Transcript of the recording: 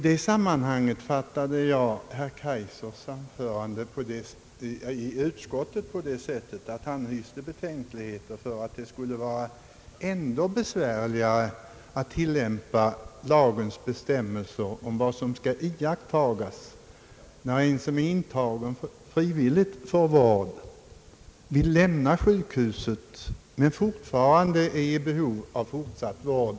Herr Kaijsers anförande i utskottet på den punnkten fattade jag så att han hyste betänkligheter och att det enligt hans mening skulle vara ännu besvärligare att tillämpa lagens bestämmelser om vad som skall iakttas, när någon som intagits frivilligt för vård vill lämna. sjukhuset trots att han är i behov av fortsatt vård.